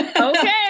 okay